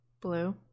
Blue